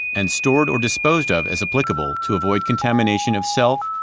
and stored or disposed of, as applicable, to avoid contamination of self,